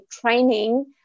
training